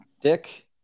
dick